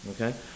Okay